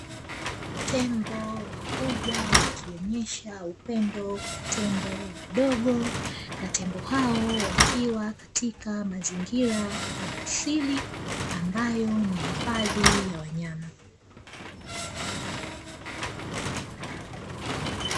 Tembo wakubwa wakionesha upendo kwa tembo wadogo na tembo hao, wakiwa katika mazingira ya asili ambayo ni hifadhi ya wanyama.